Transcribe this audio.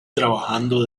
trabajando